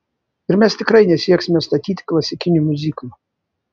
ir mes tikrai nesieksime statyti klasikinių miuziklų